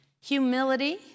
humility